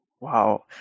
Wow